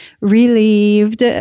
relieved